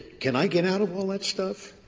can i get out of all that stuff?